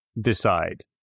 decide